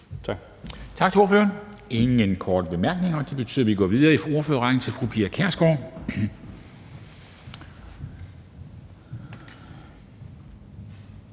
Tak til ordføreren. Der er ingen korte bemærkninger, og det betyder, at vi går videre i ordførerrækken til fru Pia Kjærsgaard,